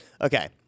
Okay